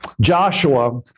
Joshua